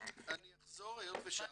אני אחזור היות ושאלת.